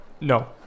No